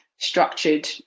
structured